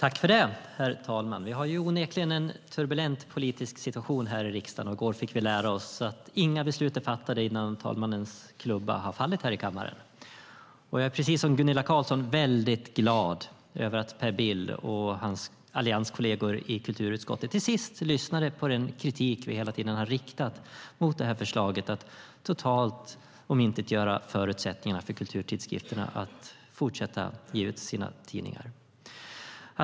Herr talman! Vi har onekligen en turbulent politisk situation här i riksdagen. I går fick vi lära oss att inga beslut är fattade innan talmannens klubba har fallit här i kammaren. Jag är precis som Gunilla Carlsson väldigt glad över att Per Bill och hans allianskolleger i kulturutskottet till sist lyssnade på den kritik vi hela tiden riktat mot förslaget om att totalt omintetgöra förutsättningarna för att man ska kunna fortsätta att ge ut kulturtidskrifterna.